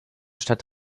stadt